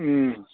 ꯎꯝ